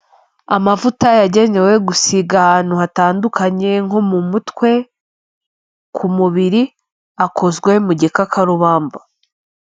Amavuta yagenewe gusiga ahantu hatandukanye nko mu mutwe ku mubiri, akozwe mu gikakarubamba.